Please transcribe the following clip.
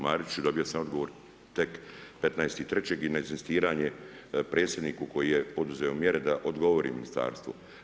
Mariću, dobio sam odgovor tek 15.3 i na inzistiranje predsjedniku koji je poduzeo mjere da odgovori ministarstvu.